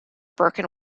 broken